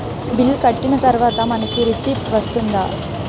Bill కట్టిన తర్వాత మనకి రిసీప్ట్ వస్తుందా?